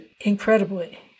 incredibly